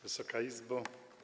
Wysoka Izbo!